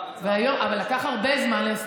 אם לא, אבל לקח הרבה זמן.